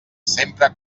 sempre